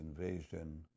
invasion